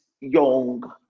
young